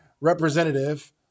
representative